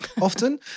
often